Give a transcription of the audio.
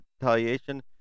retaliation